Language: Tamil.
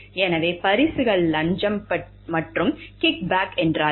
எனவே பரிசுகள் லஞ்சம் மற்றும் கிக் பேக் என்றால் என்ன